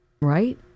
Right